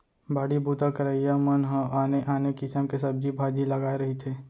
बाड़ी बूता करइया मन ह आने आने किसम के सब्जी भाजी लगाए रहिथे